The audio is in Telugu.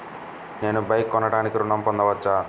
నేను బైక్ కొనటానికి ఋణం పొందవచ్చా?